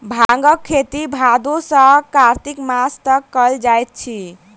भांगक खेती भादो सॅ कार्तिक मास तक कयल जाइत अछि